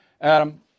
Adam